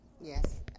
Yes